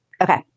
Okay